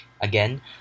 Again